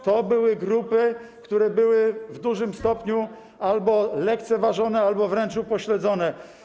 To były grupy, które były w dużym stopniu albo lekceważone, albo wręcz upośledzone.